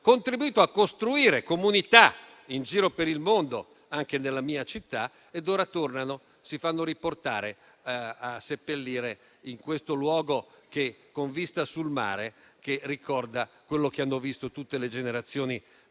contribuito a costruire comunità in giro per il mondo, anche nella mia città, ed infine tornano o si fanno riportare per essere seppelliti in questo luogo con vista sul mare, che ricorda quello che hanno visto tutte le generazioni passate